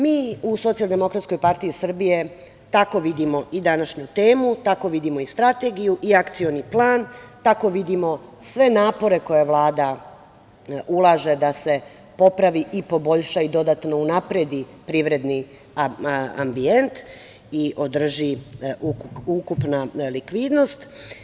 Mi u Socijaldemokratskoj partiji Srbije tako vidimo i današnju temu, tako i vidimo i Strategiju i Akcioni plan, tako vidimo sve napore koje Vlada ulaže da se popravi i poboljša i dodatno unapredi privredni ambijent i održi ukupna likvidnost.